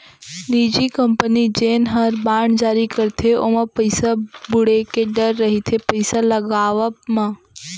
निजी कंपनी जेन हर बांड जारी करथे ओमा पइसा बुड़े के डर रइथे पइसा लगावब म